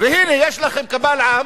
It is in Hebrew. והנה יש לכם קבל עם